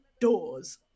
doors